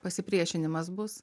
pasipriešinimas bus